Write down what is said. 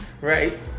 Right